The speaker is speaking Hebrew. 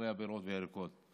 במחירי הפירות והירקות.